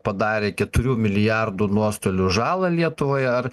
padarė keturių milijardų nuostolių žalą lietuvai ar